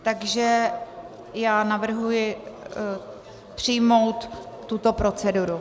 Takže navrhuji přijmout tuto proceduru.